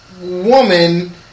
woman